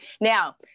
now